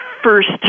First